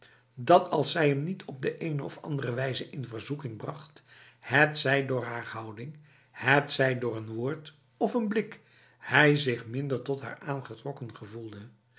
dat als zij hem niet op de een of andere wijze in verzoeking bracht hetzij door haar houding hetzij door een woord of een blik hij zich minder tot haar aangetrokken gevoelde